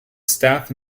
staff